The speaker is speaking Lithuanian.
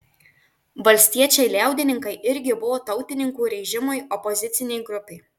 valstiečiai liaudininkai irgi buvo tautininkų režimui opozicinė grupė